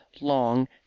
long